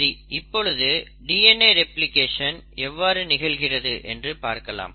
சரி இப்பொழுது DNA replication எவ்வாறு நிகழ்கிறது என்று பார்க்கலாம்